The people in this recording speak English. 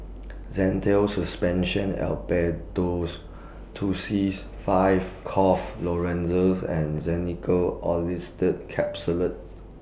Zental Suspension Tussils five Cough Lozenges and Xenical Orlistat Capsules